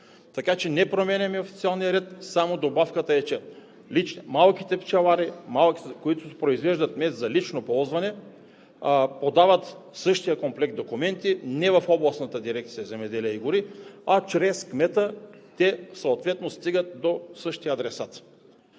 Така че не променяме официалния ред. Добавката е само, че малките пчелари, които произвеждат мед за лично ползване, подават същия комплект документи не в областната дирекция „Земеделие и гори“ и чрез кмета те съответно стигат до същия адресат.